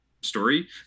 story